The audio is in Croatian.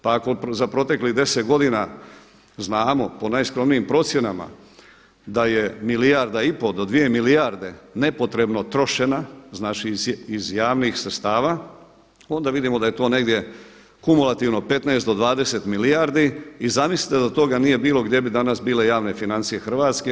Pa ako za proteklih 10 godina znamo po najskromnijim procjenama da je 1,5 milijarda do 2 milijarde nepotrebno trošena znači iz javnih sredstava onda vidimo da je to negdje kumulativno 15 do 20 milijardi i zamislite da toga nije bilo gdje bi danas bile javne financije Hrvatske?